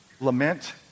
lament